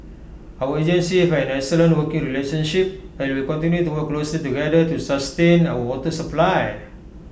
our agencies have an excellent working relationship and will continue to work closely together to sustain our water supply